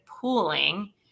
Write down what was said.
pooling